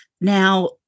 Now